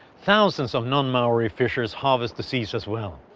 thousands of non-maori fishers harvest the seas, as well.